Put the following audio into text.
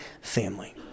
family